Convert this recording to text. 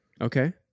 Okay